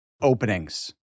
openings